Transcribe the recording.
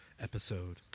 episode